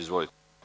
Izvolite.